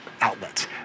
outlets